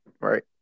Right